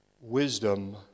wisdom